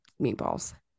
meatballs